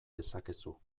dezakezu